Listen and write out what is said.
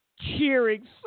cheering